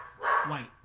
White